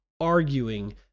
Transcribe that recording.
arguing